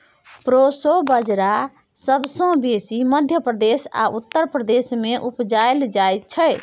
proso बजरा सबसँ बेसी मध्य प्रदेश आ उत्तर प्रदेश मे उपजाएल जाइ छै